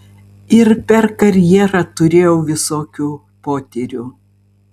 ir per karjerą turėjau visokių potyrių